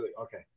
Okay